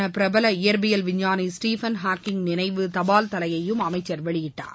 அண்மையில் காலமான பிரபல இயற்பியல் விஞ்ஞானி ஸ்டீபன் ஹாக்கிங் நினைவு தபால் தலையையும் அமைச்சர் வெளியிட்டார்